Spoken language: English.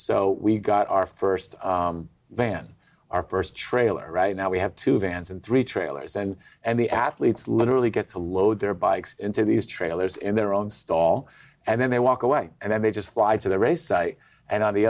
so we got our st van our st trailer right now we have two vans and three trailers and and the athletes literally get to load their bikes into these trailers in their own stall and then they walk away and then they just fly to the race and on the